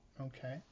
Okay